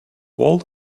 wall